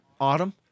autumn